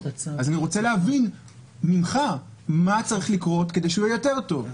אז אני רוצה להבין ממך מה צריך לקרות כדי שהוא יהיה יותר טוב.